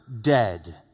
dead